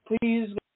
please